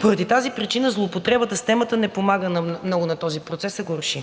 поради тази причина злоупотребата с темата не помага много на този процес, за да го реши.